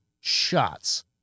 shots